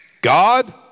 God